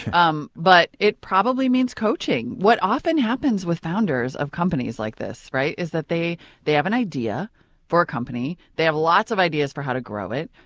um but it probably means coaching. what often happens with founders of companies like this right is that they they have an idea for a company, they have lots of ideas for how to grow it,